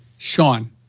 Sean